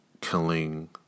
killing